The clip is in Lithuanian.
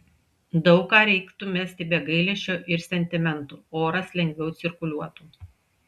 daug ką reiktų mesti be gailesčio ir sentimentų oras lengviau cirkuliuotų